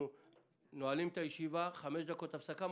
אנחנו נועלים את הישיבה, חמש דקות הפסקה.